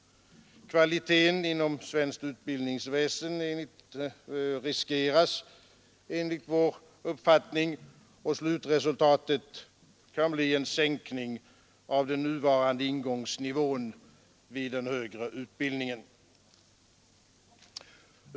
Kvaliteten inom svenskt utbildningsväsende riskeras enligt vår uppfattning, och slutresultatet kan bli en sänkning av den nuvarande ingångsnivån vid den högre utbildningen.